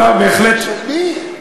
של מי?